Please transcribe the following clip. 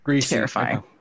terrifying